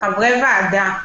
חברי ועדה,